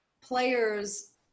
players